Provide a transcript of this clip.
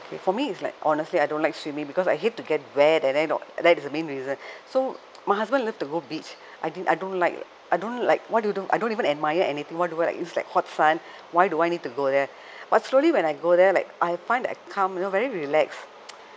for me is like honestly I don't like swimming because I hate to get wet and then that is the main reason so my husband love to go beach I didn't I don't like I don't like what you don't I don't even admire anything what to it's like hot sun why do I need to go there but slowly when I go there like I find that calm you know very relax